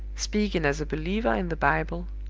speaking as a believer in the bible,